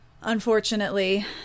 unfortunately